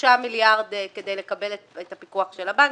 שלושה מיליארד כדי לקבל את הפיקוח של הבנקים.